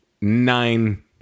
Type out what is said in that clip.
nine